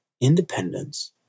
independence